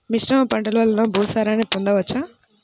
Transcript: మిశ్రమ పంటలు వలన భూసారాన్ని పొందవచ్చా?